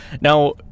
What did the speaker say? now